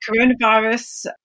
coronavirus